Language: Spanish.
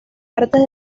artes